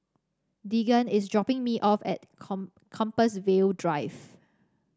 Deegan is dropping me off at Compassvale Drive